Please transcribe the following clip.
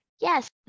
Yes